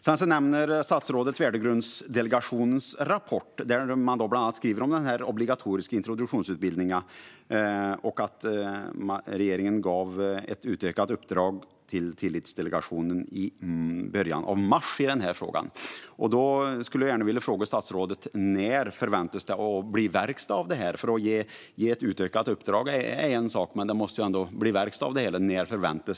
Statsrådet nämner också Värdegrundsdelegationens rapport, där man bland annat skriver om den obligatoriska introduktionsutbildningen och att regeringen gav Tillitsdelegationen ett utökat uppdrag gällande denna fråga i början av mars. Jag skulle vilja fråga statsrådet när det förväntas bli verkstad av detta. Att ge ett utökat uppdrag är en sak, men det måste bli verkstad av det hela.